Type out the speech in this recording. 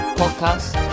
podcast